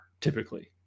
typically